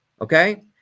okay